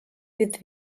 with